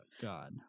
God